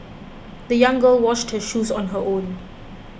the young girl washed her shoes on her own